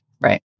right